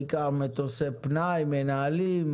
בעיקר מטוסי פנאי, מנהלים?